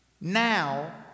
now